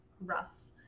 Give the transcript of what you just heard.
Russ